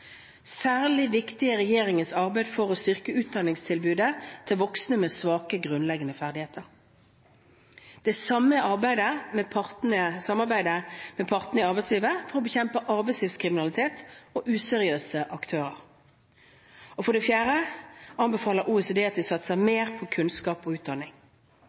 Særlig viktig er regjeringens arbeid for å styrke utdanningstilbudet til voksne med svake grunnleggende ferdigheter. Det samme er samarbeidet med partene i arbeidslivet for å bekjempe arbeidslivskriminalitet og useriøse aktører. Og for det fjerde anbefaler OECD at vi satser mer på kunnskap og utdanning.